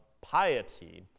piety